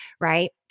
Right